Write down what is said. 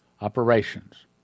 operations